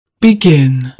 Begin